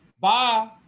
bye